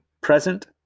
present